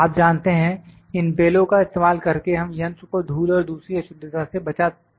आप जानते हैं इन बेलो का इस्तेमाल करके हम यंत्र को धूल और दूसरी अशुद्धता से बचाना चाहते हैं